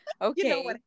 Okay